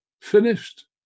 finished